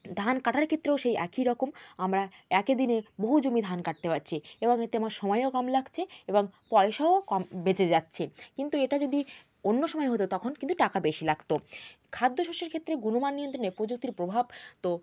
ধান কাটার ক্ষেত্রেও সেই একই রকম আমরা একই দিনে বহু জমি ধান কাটতে পারছি এবং এতে আমার সময়ও কম লাগছে এবং পয়সাও কম বেঁচে যাচ্ছে কিন্তু এটা যদি অন্য সময় হতো তখন কিন্তু টাকা বেশি লাগতো খাদ্য শষ্যের ক্ষেত্রে গুণমান নিয়ন্ত্রণে প্রযুক্তির প্রভাব তো